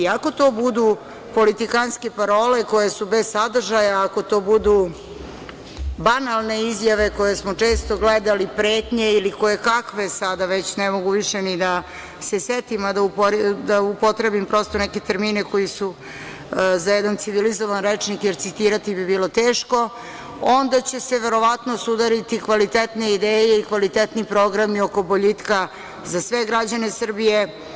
Ako to budu politikanske parole koje su bez sadržaja, ako to budu banalne izjave koje smo često gledali, pretnje ili kojekakve, sada već ne mogu više ni da se setim, a da upotrebim prosto neke termine koji su za jedan civilizovan rečnik, jer citirati bi bilo teško, onda će se, verovatno, sudariti kvalitetne ideje i kvalitetni programi oko boljitka za sve građane Srbije.